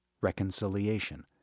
reconciliation